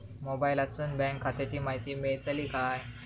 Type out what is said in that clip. मोबाईलातसून बँक खात्याची माहिती मेळतली काय?